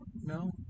no